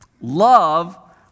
love